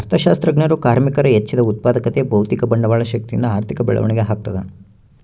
ಅರ್ಥಶಾಸ್ತ್ರಜ್ಞರು ಕಾರ್ಮಿಕರ ಹೆಚ್ಚಿದ ಉತ್ಪಾದಕತೆ ಭೌತಿಕ ಬಂಡವಾಳ ಶಕ್ತಿಯಿಂದ ಆರ್ಥಿಕ ಬೆಳವಣಿಗೆ ಆಗ್ತದ